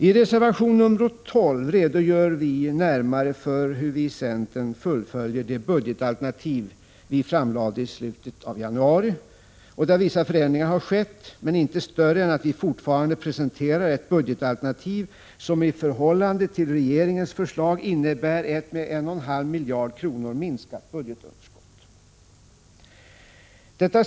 I reservation 12 redogör vi närmare för hur vi fullföljer de budgetalternativ vi framlade i slutet av januari och där vissa förändringar har skett, dock inte större än att vi fortfarande presenterar ett budgetalternativ som i förhållande till regeringens förslag innebär ett med 1,5 miljarder kronor minskat budgetunderskott.